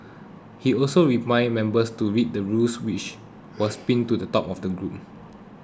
he also reminded members to read the rules which was pinned to the top of the group